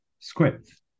script